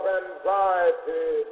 anxiety